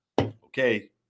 Okay